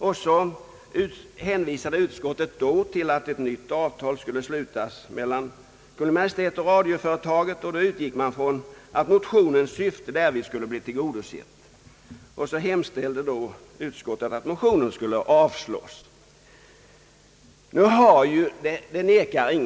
Vidare hänvisade utskottet till att ett nytt avtal skulle slutas mellan Kungl. Maj:t och radioföretaget och utgick ifrån att motionens syfte därvid skulle bli tillgodosett. Därefter hemställde utskottet att motionen skulle avslås.